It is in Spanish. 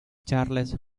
charles